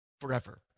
forever